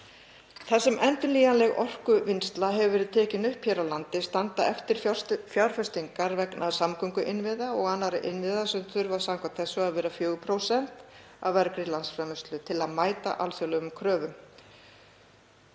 Þar sem endurnýjanleg orkuvinnsla hefur verið tekin upp hér á landi standa eftir fjárfestingar vegna samgönguinnviða og annarra innviða sem þurfa samkvæmt þessu að vera 4% af vergri landsframleiðslu til að mæta alþjóðlegum kröfum.